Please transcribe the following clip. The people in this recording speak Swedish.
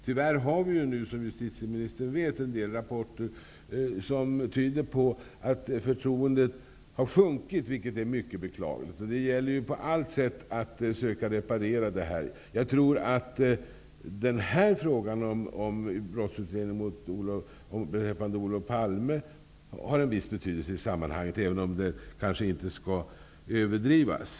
Som justitieministern vet finns det ju tyvärr nu en del rapporter som tyder på att förtroendet för rättsväsendet har sjunkit, vilket är mycket beklagligt. Det gäller att på alla sätt söka reparera detta. Jag tror att frågan om brottsutredningen av mordet på Olof Palme har en viss betydelse i sammanhanget, även om den betydelsen kanske inte skall överdrivas.